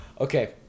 Okay